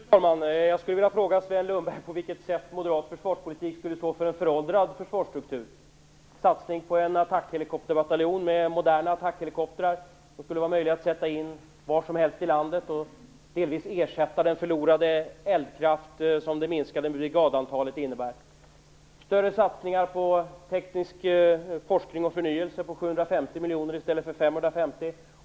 Fru talman! Jag skulle vilja fråga Sven Lundberg på vilket sätt moderat försvarspolitik skulle stå för en föråldrad försvarsstruktur. Vi föreslår en satsning på en atackhelikopterbataljon med moderna atackhelikoptrar. De skulle vara möjliga att sättas in var som helst i landet och skulle delvis ersätta den förlorade eldkraft som det minskade antalet brigader innebär. Vidare föreslår vi en större satsning på teknisk forskning och förnyelse på 750 miljoner kronor i stället för 550 miljoner kronor.